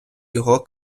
його